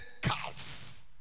calf